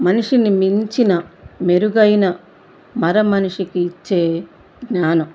మనిషిని మించిన మెరుగైన మరమనిషికి ఇచ్చే జ్ఞానం